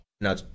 Now